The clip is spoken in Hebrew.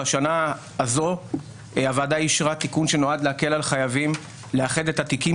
בשנה הזו הוועדה אישרה תיקון שנועד להקל על חייבים לאחד את התיקים